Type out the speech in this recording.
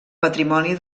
patrimoni